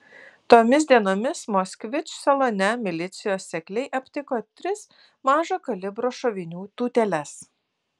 tomis dienomis moskvič salone milicijos sekliai aptiko tris mažo kalibro šovinių tūteles